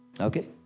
Okay